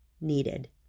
needed